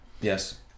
Yes